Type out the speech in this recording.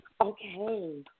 Okay